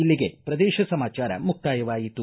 ಇಲ್ಲಿಗೆ ಪ್ರದೇಶ ಸಮಾಚಾರ ಮುಕ್ತಾಯವಾಯಿತು